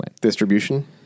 Distribution